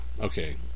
okay